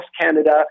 Canada